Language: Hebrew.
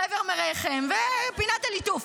חבר מרעיכם ופינת הליטוף,